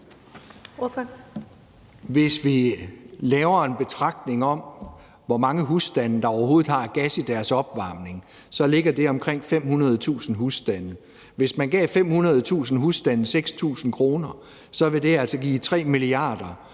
Hvis vi laver den betragtning, at antallet af husstande, der overhovedet har gas i deres opvarmning, ligger på omkring 500.000 husstande, og at man gav 500.000 husstande 6.000 kr. hver, så ville det altså give 3 mia. kr.